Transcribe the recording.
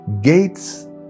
gates